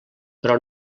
però